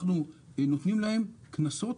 אנחנו נותנים להם קנסות.